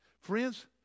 Friends